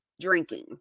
drinking